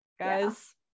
Guys